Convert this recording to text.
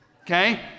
okay